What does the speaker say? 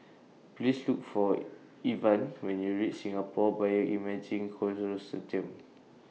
Please Look For Evan when YOU REACH Singapore Bioimaging